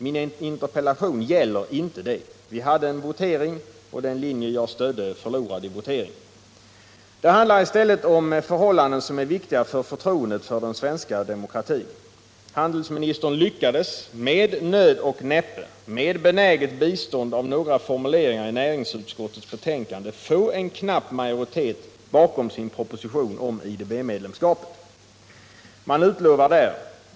Min interpellation gäller inte den frågan. Vi hade en votering, och den linje jag stödde förlorade i voteringen. Det handlar i stället om förhållanden som är viktiga för förtroendet för den svenska demokratin. Handelsministern lyckades med nöd och näppe, med benäget bistånd av några formuleringar i näringsutskottets betänkande, få en knapp majoritet bakom sin proposition om IDB-medlemskap.